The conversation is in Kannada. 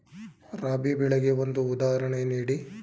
ರಾಬಿ ಬೆಳೆಗೆ ಒಂದು ಉದಾಹರಣೆ ನೀಡಿ